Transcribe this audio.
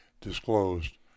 disclosed